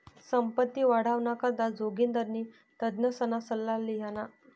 संपत्ती वाढावाना करता जोगिंदरनी तज्ञसना सल्ला ल्हिना